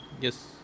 Yes